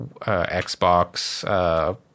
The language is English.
Xbox